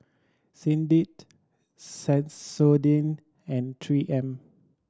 Lindt Sensodyne and Three M